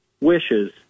wishes